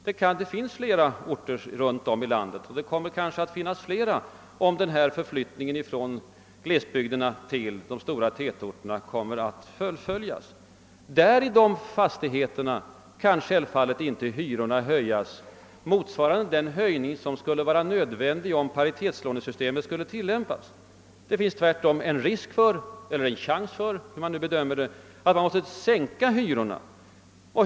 Det finns flera sådana orter i olika delar av landet och det kommer kanske att finnas ännu fler om förflyttningen från glesbygderna till de stora tätorterna fortsätter. I dessa fastigheter kan hyrorna självfallet inte höjas med vad som skulle vara nödvändigt om = paritetslånesystemet = tillämpas. Tvärtom finns det risk eller chans för, hur man nu bedömer det, att hyrorna måste sänkas.